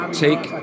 take